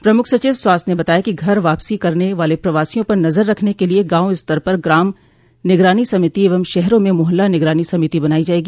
प्रमुख सचिव स्वास्थ्य न बताया कि घर वापसी करने वाले प्रवासियों पर नजर रखने के लिए गांव स्तर पर ग्राम निगरानी समिति एवं शहरों में मोहल्ला निगरानी समिति बनायी जायेगी